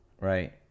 right